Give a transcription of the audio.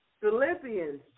Philippians